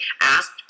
asked